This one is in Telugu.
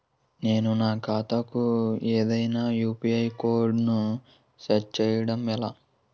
నేను నా ఖాతా కు ఏదైనా యు.పి.ఐ కోడ్ ను సెట్ చేయడం ఎలా?